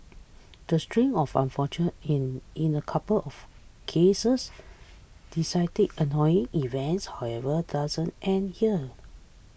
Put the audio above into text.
the string of unfortunate and in a couple of cases decided annoying events however doesn't end here